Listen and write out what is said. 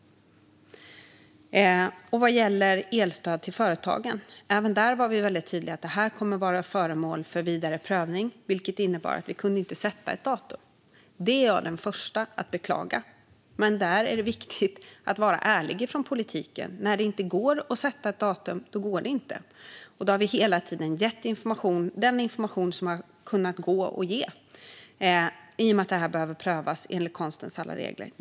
Även vad gäller elstöd till företagen var vi väldigt tydliga med att det skulle vara föremål för vidare prövning, vilket innebar att vi inte kunde sätta ett datum. Det är jag den första att beklaga. Men det är viktigt att vara ärlig från politikens sida. När det inte går att sätta ett datum går det inte. Vi har hela tiden gett den information som gått att ge. Det här behöver prövas enligt konstens alla regler.